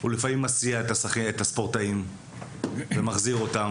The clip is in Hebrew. הוא לפעמים מסיע את הספורטאים ומחזיר אותם,